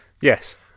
Yes